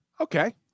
Okay